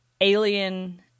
alien